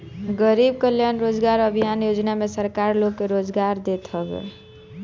गरीब कल्याण रोजगार अभियान योजना में सरकार लोग के रोजगार देत हवे